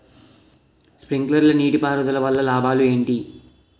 Sprinkler నీటిపారుదల వల్ల లాభాలు ఏంటి?